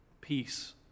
peace